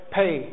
pay